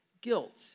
guilt